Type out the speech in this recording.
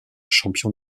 champion